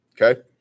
Okay